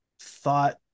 thought